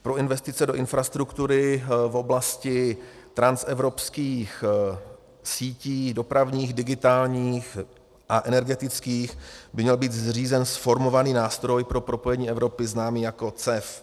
Pro investice do infrastruktury v oblasti transevropských sítí, dopravních, digitálních a energetických by měl být zřízen zformovaný Nástroj pro propojení Evropy, známý jako CEF.